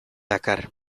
dakar